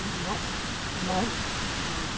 ಮ ಮಾಡಿ ಹಾಂ